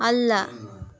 ಅಲ್ಲ